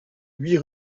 huit